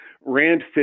Rand